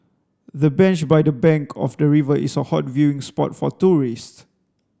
the bench by the bank of the river is a hot viewing spot for tourists